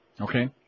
Okay